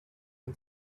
and